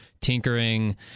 tinkering